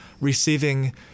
receiving